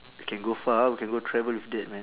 can go far ah we can go travel with that man